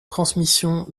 transmission